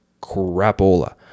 crapola